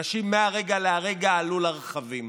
אנשים מהרגע להרגע עלו לרכבים.